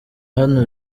hano